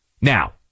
Now